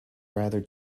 rather